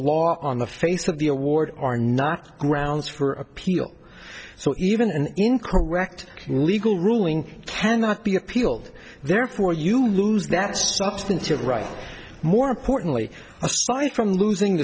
law on the face of the award are not grounds for appeal so even an incorrect legal ruling cannot be appealed therefore you lose that substantive right more importantly aside from losing